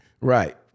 Right